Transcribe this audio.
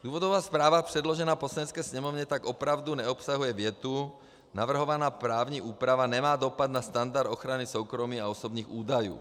Důvodová zpráva předložená Poslanecké sněmovně tak opravdu neobsahuje větu: Navrhovaná právní úprava nemá dopad na standard soukromí a osobních údajů.